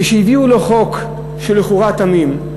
כשהביאו לו חוק לכאורה תמים,